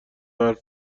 حرف